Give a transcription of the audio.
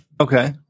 Okay